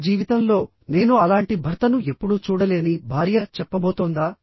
నా జీవితంలో నేను అలాంటి భర్తను ఎప్పుడూ చూడలేదని భార్య చెప్పబోతోందా